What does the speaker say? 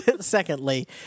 secondly